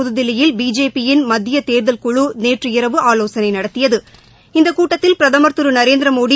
புதுதில்லியில் பிஜேபியின் மத்தியதேர்தல் குழு நேற்று இரவு ஆலோசனைநடத்தியது இந்தகூட்டத்தில் பிரதமர் திருநரேந்திரமோடி